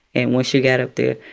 and when she got up there,